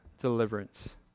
deliverance